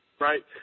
Right